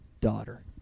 daughter